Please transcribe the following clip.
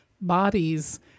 bodies